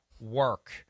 work